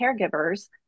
caregivers